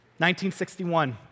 1961